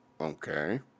Okay